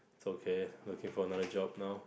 it's okay looking for another job now